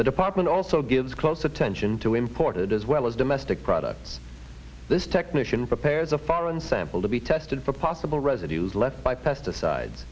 the department also gives close attention to imported as well as domestic products this technician prepares a foreign sample to be tested for possible residues left by pesticides